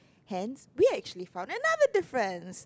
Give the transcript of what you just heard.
hands we actually found another difference